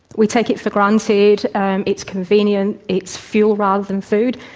we take it for granted, it's convenient, it's fuel rather than food.